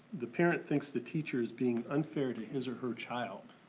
the parent thinks the teacher is being unfair to his or her child.